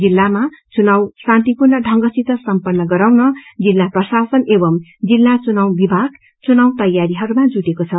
जिल्लामा चुनाउ शान्तिपूर्ण ढंगसित सम्पन्न गराउन जिल्ला प्रशासन एंव जिल्ला चुनाउ विभाग चुनाउ तैयारीहरूमा जुटेको छ